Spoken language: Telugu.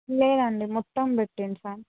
లేదండి మొత్తం పెట్టించాము